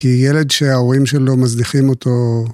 כי ילד שההורים שלו מזדיחים אותו.